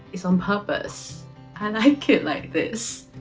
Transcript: it's on purpose and i can't like this.